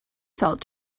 felt